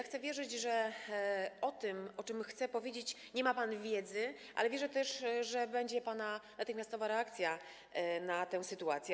Chcę wierzyć, że o tym, o czym chcę powiedzieć, nie ma pan wiedzy, ale wierzę też, że nastąpi natychmiastowa pana reakcja na tę sytuację.